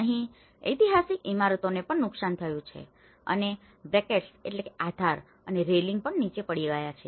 અહીં ઐતિહાસિક ઇમારતોને પણ નુકસાન થયું છે અને બ્રેકેટસbracketsઆધાર અને રેલિંગ પણ નીચે પડી ગયા છે